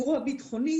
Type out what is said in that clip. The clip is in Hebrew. אירוע ביטחוני,